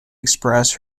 express